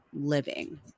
living